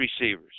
receivers